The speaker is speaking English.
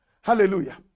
Hallelujah